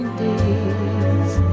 days